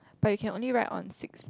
but you can only write on six sides